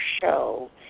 show